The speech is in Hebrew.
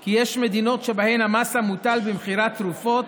כי יש מדינות שבהן המס המוטל במכירת תרופות